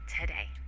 today